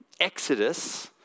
Exodus